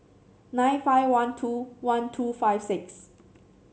nine five one two one two five six